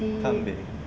kambing